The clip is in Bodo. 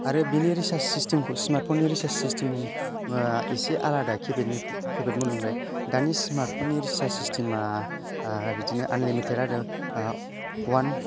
आरो बेनि रिसार्ज सिस्तेम खौ स्मार्त फन नि रिसार्ज सिस्तेम आ इसे आलादा किपेद मबाइल निफ्राय दानि स्मार्तफन नि रिसार्ज सिस्तेम आ बिदिनो आनलिमितेद आरो वान